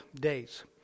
days